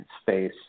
space